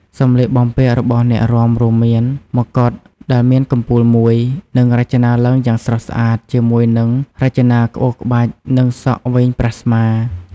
សម្លៀកបំពាក់របស់អ្នករាំរួមមានមកុដដែលមានកំពូលមួយ និងរចនាឡើងយ៉ាងស្រស់ស្អាត ជាមួយនឹងរចនាក្បូរក្បាច់ និងសក់វែងប្រះស្មា។